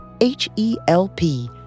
H-E-L-P